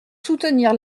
soutenir